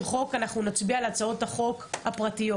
חוק אנחנו נצביע על הצעות החוק הפרטיות.